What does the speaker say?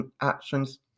actions